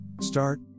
start